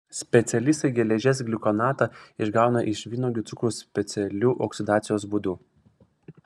specialistai geležies gliukonatą išgauna iš vynuogių cukraus specialiu oksidacijos būdu